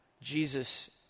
Jesus